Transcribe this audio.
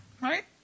right